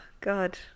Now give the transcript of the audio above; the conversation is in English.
god